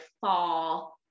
fall